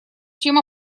чем